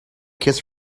kiss